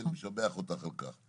ואני משבח אותך על כך.